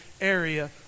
area